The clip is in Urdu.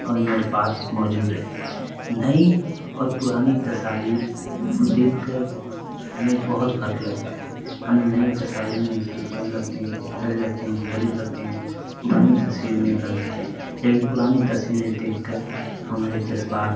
اور میرے پاس موجود رہے نئی اور پرانی تصاویر کو دیکھ کر ہمیں بہت فرق لگتا ہے ہم نئی تصاویر میں ڈفرینٹ لگتے ہیں الگ لگتے ہیں مختلف لگتے ہیں پرانی تصویر میں الگ لگتے ہیں لیکن پرانی تصویریں دیکھ کر ہمارے جذبات